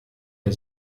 ihr